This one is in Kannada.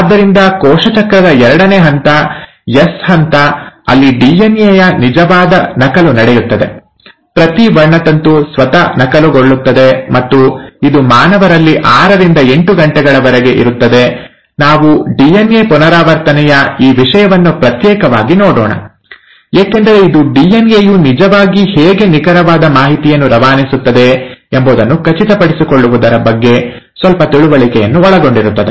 ಆದ್ದರಿಂದ ಕೋಶ ಚಕ್ರದ ಎರಡನೇ ಹಂತ ಎಸ್ ಹಂತ ಅಲ್ಲಿ ಡಿಎನ್ಎ ಯ ನಿಜವಾದ ನಕಲು ನಡೆಯುತ್ತದೆ ಪ್ರತಿ ವರ್ಣತಂತು ಸ್ವತಃ ನಕಲುಗೊಳ್ಳುತ್ತದೆ ಮತ್ತು ಇದು ಮಾನವರಲ್ಲಿ ಆರರಿಂದ ಎಂಟು ಗಂಟೆಗಳವರೆಗೆ ಇರುತ್ತದೆ ನಾವು ಡಿಎನ್ಎ ಪುನರಾವರ್ತನೆಯ ಈ ವಿಷಯವನ್ನು ಪ್ರತ್ಯೇಕವಾಗಿ ನೋಡೋಣ ಏಕೆಂದರೆ ಇದು ಡಿಎನ್ಎ ಯು ನಿಜವಾಗಿ ಹೇಗೆ ನಿಖರವಾದ ಮಾಹಿತಿಯನ್ನು ರವಾನಿಸುತ್ತಿದೆ ಎಂಬುದನ್ನು ಖಚಿತಪಡಿಸಿಕೊಳ್ಳುವುದರ ಬಗ್ಗೆ ಸ್ವಲ್ಪ ತಿಳುವಳಿಕೆಯನ್ನು ಒಳಗೊಂಡಿರುತ್ತದೆ